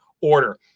order